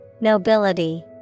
Nobility